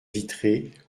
vitrée